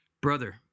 Brother